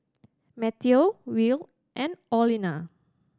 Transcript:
Mateo Will and Orlena